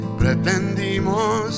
pretendimos